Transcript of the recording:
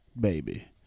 baby